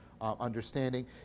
understanding